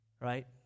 right